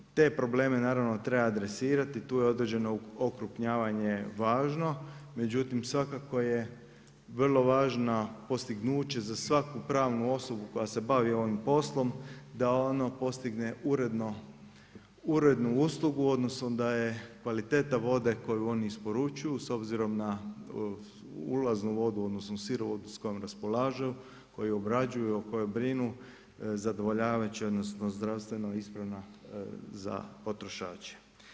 Te probleme naravno treba dresirati, to je određeno okrupnjavanje važno, međutim svakako je vrlo važno postignuće za svaku pravnu osobu koja se bavi ovim poslom da ono postigne urednu uslugu odnosno da je kvaliteta vode koju oni isporučuju s obzirom na ulaznu vodu, odnosno sirovinu s kojom raspolažu, koju obrađuju, o kojoj brinu, zadovoljava će odnosno je ispravna za potrošače.